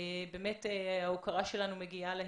באמת ההוקרה שלנו מגיעה להם.